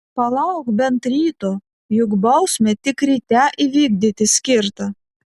palauk bent ryto juk bausmę tik ryte įvykdyti skirta